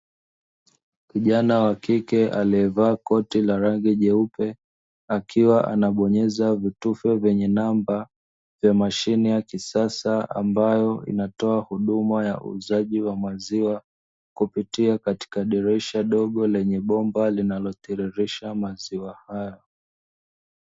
Kijana wa kike aliye vaa koti la rangi jeupe, akiwa anabonyeza vitufe vyenye namba vya Mashine ya kisasa ambayo inatoa huduma ya uuzaji wa mziwa kupitia katika dirisha dogo lenye bomba linalo tiririsha maziwa hayo.